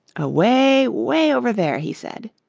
away, way over there, he said.